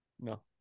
No